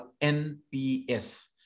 nps